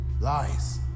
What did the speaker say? Lies